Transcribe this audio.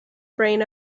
brain